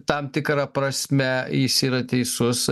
tam tikra prasme jis yra teisus